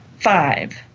five